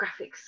graphics